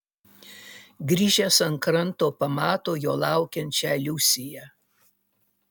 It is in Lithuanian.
grįžęs ant kranto pamato jo laukiančią liusiją